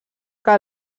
que